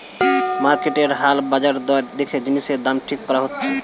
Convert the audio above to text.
মার্কেটের হাল বাজার দর দেখে জিনিসের দাম ঠিক করা হয়